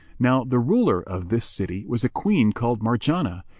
now the ruler of this city was a queen called marjanah,